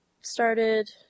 started